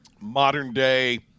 modern-day